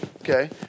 Okay